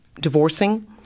divorcing